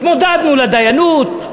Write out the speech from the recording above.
התמודדנו לדיינות,